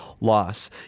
loss